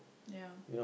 ya